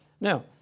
Now